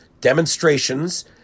demonstrations